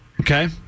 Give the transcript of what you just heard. Okay